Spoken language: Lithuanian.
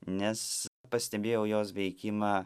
nes pastebėjau jos veikimą